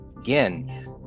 again